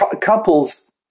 couples